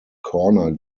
corner